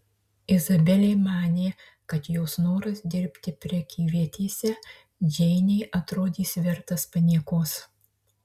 izabelė manė kad jos noras dirbti prekyvietėse džeinei atrodys vertas paniekos